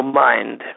mind